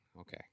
Okay